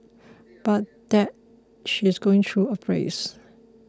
but that she's going through a phase